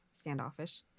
standoffish